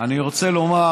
אני רוצה לומר,